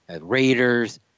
Raiders